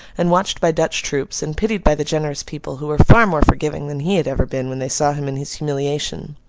and watched by dutch troops, and pitied by the generous people, who were far more forgiving than he had ever been, when they saw him in his humiliation.